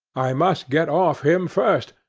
i must get off him first,